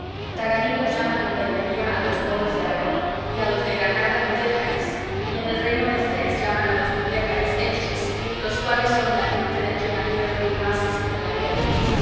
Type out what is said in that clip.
tagarinos llaman en berbería a los moros de aragón y a los de granada mudéjares y en el reino de fez llaman a los mudéjares elches los cuales son la gente de quien aquel rey más se sirve en la guerra